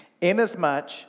Inasmuch